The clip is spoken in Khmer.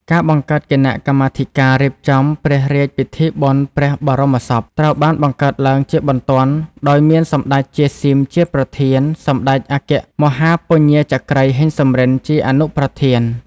ការបង្កើតគណៈកម្មាធិការរៀបចំព្រះរាជពិធីបុណ្យព្រះបរមសព ត្រូវបានបង្កើតឡើងជាបន្ទាន់ដោយមានសម្តេច ជា ស៊ីម ជាប្រធាន សម្តេចអគ្គមហាពញាចក្រី ហេង សំរិន ជាអនុប្រធាន ។